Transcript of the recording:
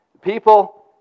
People